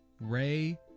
Ray